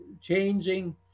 changing